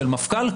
של מפכ"ל,